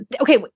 Okay